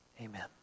amen